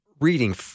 reading